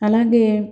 అలాగే